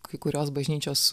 kai kurios bažnyčios